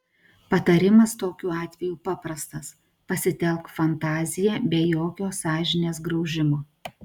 patarimas tokiu atveju paprastas pasitelk fantaziją be jokio sąžinės graužimo